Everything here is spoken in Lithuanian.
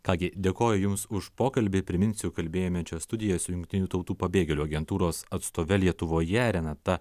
ką gi dėkoju jums už pokalbį priminsiu kalbėjome čia studijoje su jungtinių tautų pabėgėlių agentūros atstove lietuvoje renata